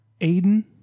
Aiden